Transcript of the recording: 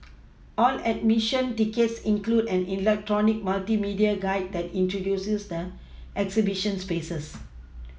all admission tickets include an electronic multimedia guide that introduces the exhibition spaces